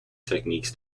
techniques